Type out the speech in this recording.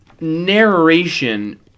narration